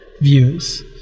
views